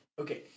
Okay